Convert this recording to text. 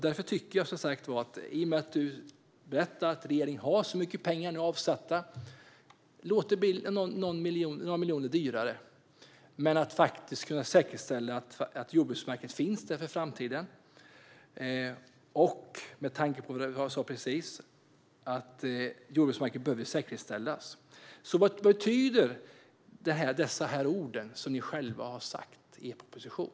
Därför tycker jag som sagt var, i och med att du berättar att regeringen nu har avsatt så mycket pengar och med tanke på det jag precis sa om att jordbruksmarken behöver säkerställas, att det kan få bli några miljoner dyrare om man faktiskt kan säkerställa att jordbruksmarken finns där för framtiden. Så vad betyder dessa ord, som ni själva har sagt i er proposition?